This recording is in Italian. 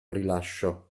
rilascio